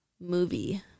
movie